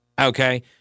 Okay